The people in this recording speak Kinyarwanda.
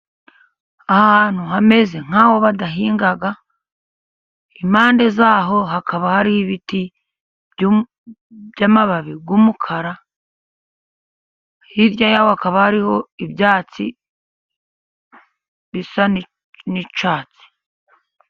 Ahantu hameze nk'aho badahinga. Impande yaho hakaba hari ibiti by'amababi y'umukara, hirya yaho hakaba hariho ibyatsi bisa n'icyatsi.